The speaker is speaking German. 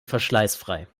verschleißfrei